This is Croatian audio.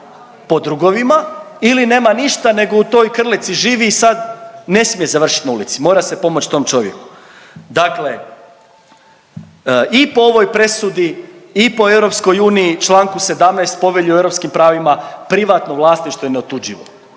po drugovima ili nema ništa nego u toj krletci živi i sad ne smije završiti na ulici, mora se pomoći tom čovjeku. Dakle, i po ovoj presudi i po EU Članku 17. Povelje o europskim pravima privatno vlasništvo je neotuđivo